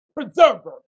preserver